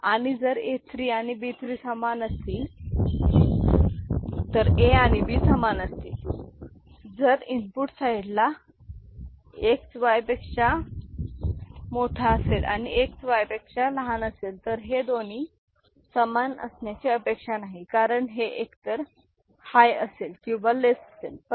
आणि जर A3 आणि B 3 समान असतील तर A आणि B समान असतील जर इनपुट साईडला X Y पेक्षा मोठा असेल आणि X Y पेक्षा लहान असेल तर हे दोन्ही समान असण्याची अपेक्षा नाही कारण हे एकतर हाय असेल किंवा लेस असेल